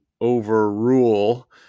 overrule